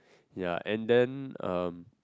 ya and then um